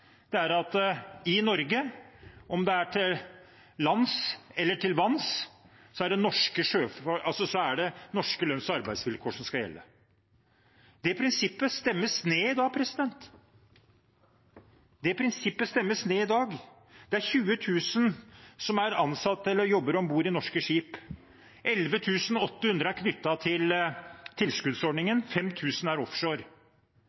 Det er at i Norge – om det er til lands eller til vanns – er det norske lønns- og arbeidsvilkår som skal gjelde. Det prinsippet stemmes ned i dag. Det er 20 000 som er ansatt eller jobber om bord i norske skip. 11 800 er knyttet til